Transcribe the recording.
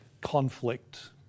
conflict